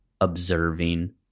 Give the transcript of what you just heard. observing